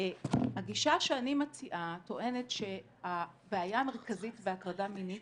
הגישה שאני מציעה טוענת שהבעיה המרכזית בהטרדה מינית